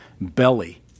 Belly